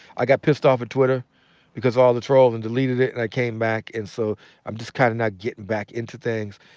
i got pissed off at twitter because of all the trolls and deleted it, and i came back. and so i'm just kind of now getting back into things.